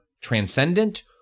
transcendent